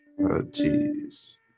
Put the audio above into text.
jeez